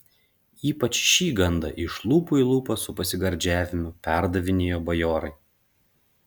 ypač šį gandą iš lūpų į lūpas su pasigardžiavimu perdavinėjo bajorai